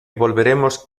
volveremos